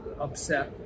upset